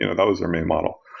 you know that was their main model.